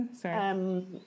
Sorry